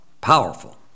powerful